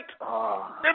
right